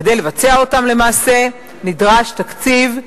כדי לבצע אותם הלכה למעשה נדרש תקציב,